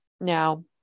now